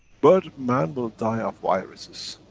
but man will die of viruses,